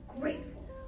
grateful